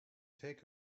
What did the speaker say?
take